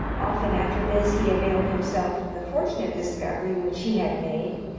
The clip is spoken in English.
often after this he availed himself of the fortunate discovery which he had made,